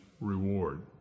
reward